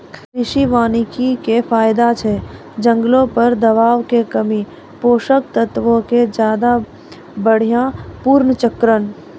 कृषि वानिकी के फायदा छै जंगलो पर दबाब मे कमी, पोषक तत्वो के ज्यादा बढ़िया पुनर्चक्रण